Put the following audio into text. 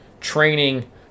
training